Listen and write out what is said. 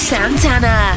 Santana